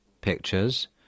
pictures